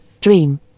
dream